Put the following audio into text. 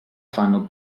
fanno